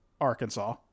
Arkansas